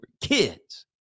kids